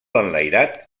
enlairat